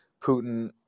Putin